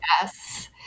yes